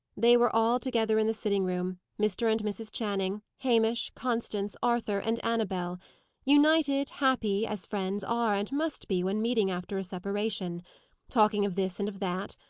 they were all together in the sitting-room mr. and mrs. channing, hamish, constance, arthur, and annabel united, happy, as friends are and must be when meeting after a separation talking of this and of that,